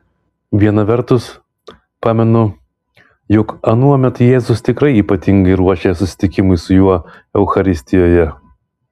viena vertus pamenu jog anuomet jėzus tikrai ypatingai ruošė susitikimui su juo eucharistijoje